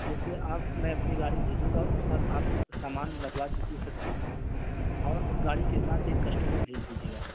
جیسے آپ میں اپنی گاڑی بھیجوں گا اس پر آپ سامان لدوا دیجیے سبزی اور گاڑی کے ساتھ ایک کسٹمر بھیج دیجیے گا